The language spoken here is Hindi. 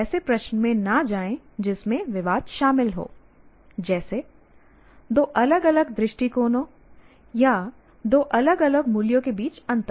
ऐसे प्रश्न में न जाएं जिसमें विवाद शामिल हो जैसे दो अलग अलग दृष्टिकोणों या दो अलग अलग मूल्यों के बीच अंतर